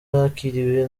yakiriwe